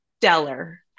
stellar